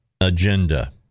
agenda